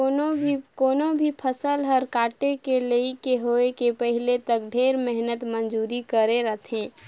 कोनो भी फसल हर काटे के लइक के होए के पहिले तक ढेरे मेहनत मंजूरी करे रथे